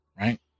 Right